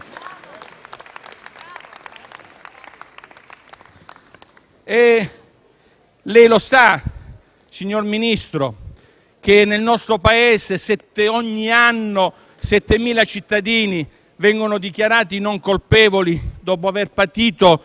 Lei sa, signor Ministro, che nel nostro Paese ogni anno 7.000 cittadini vengono dichiarati non colpevoli dopo aver patito la carcerazione preventiva?